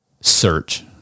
search